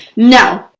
now,